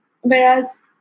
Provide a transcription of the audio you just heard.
Whereas